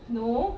no